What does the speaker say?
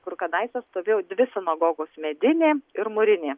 kur kadaise stovėjo dvi sinagogos medinė ir mūrinė